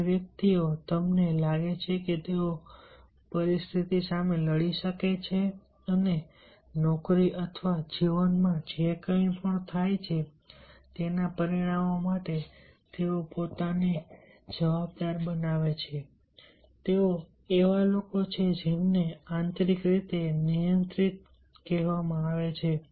જે વ્યક્તિઓ તમને લાગે છે કે તેઓ પરિસ્થિતિ સામે લડી શકે છે અને નોકરી અથવા જીવનમાં જે કંઈ થાય છે તેના પરિણામો માટે તેઓ પોતાને જવાબદાર બનાવે છે તેઓ એવા લોકો છે જેમને આંતરિક રીતે નિયંત્રિત કહેવામાં આવે છે